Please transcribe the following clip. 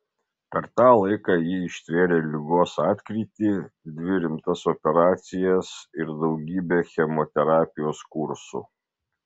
per tą laiką ji ištvėrė ligos atkrytį dvi rimtas operacijas ir daugybę chemoterapijos kursų